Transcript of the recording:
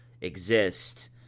exist